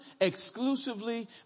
exclusively